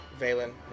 Valen